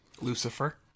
Lucifer